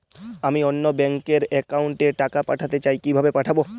আমি অন্য ব্যাংক র অ্যাকাউন্ট এ টাকা পাঠাতে চাই কিভাবে পাঠাবো?